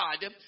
God